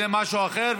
זה משהו אחר.